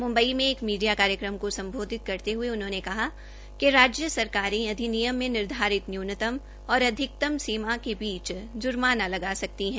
मुम्बई में एक मीडिया कार्यक्रम को संबोधित करते हुए उन्होंने दकहा कि राज्य सरकारें अधिनियम में निर्घारित न्यूनतम और अधिकतम सीमा के बीच जुर्माना लगा सकती है